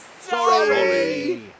Sorry